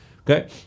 okay